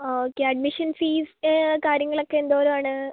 അ okay admission fees കാര്യങ്ങളൊക്കെ എന്തോരം ആണ്